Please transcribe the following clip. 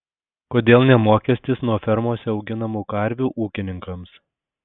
kodėl ne mokestis nuo fermose auginamų karvių ūkininkams